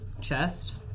chest